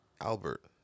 Albert